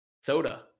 soda